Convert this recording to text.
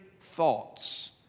thoughts